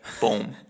boom